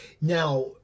Now